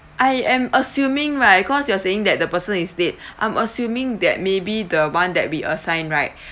I am assuming my cause you are saying that the person is late I'm assuming that may be the one that we assign right